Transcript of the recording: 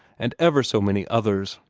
and ever so many others.